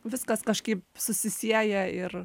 viskas kažkaip susisieja ir